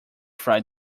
fry